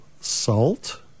salt